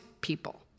people